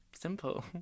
simple